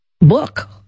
book